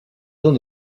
zone